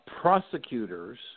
prosecutors